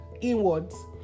inwards